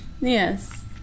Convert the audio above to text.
Yes